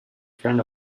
friend